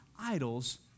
idols